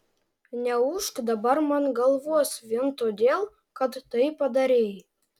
neūžk dabar man galvos vien todėl kad tai padarei